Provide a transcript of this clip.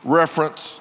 reference